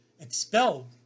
expelled